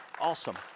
Awesome